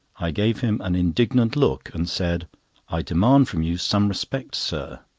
i gave him an indignant look, and said i demand from you some respect, sir.